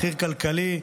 מחיר כלכלי,